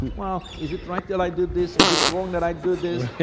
well, is it right that i did this? is it wrong that i do this?